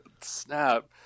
Snap